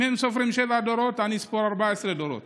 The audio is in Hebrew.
אם הם סופרים שבעה דורות, אני אספור 14 דורות.